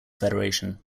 federation